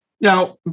Now